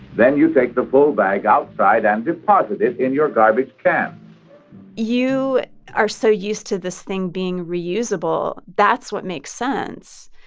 then you take the full bag outside and deposit it in your garbage can you are so used to this thing being reusable. that's what makes sense.